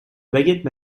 baguette